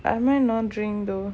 I've been wondering though